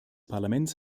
parlaments